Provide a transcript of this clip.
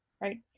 right